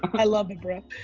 i love it bro.